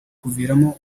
kumuviramo